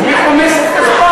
אז מי חומס את כספם?